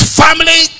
family